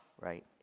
right